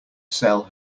sell